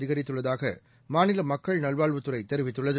அதிகரித்துள்ளதாக மாநில மக்கள் நல்வாழ்வுத்துறை தெரிவித்துள்ளது